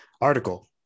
article